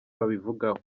babivugaho